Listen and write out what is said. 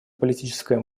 политическое